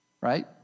right